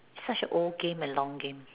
such a old game and long game